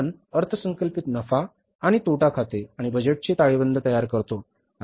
आपण अर्थसंकल्पित नफा आणि तोटा खाते आणि बजेटची ताळेबंद तयार करतो